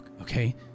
Okay